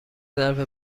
ظرف